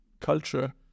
culture